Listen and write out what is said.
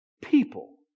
people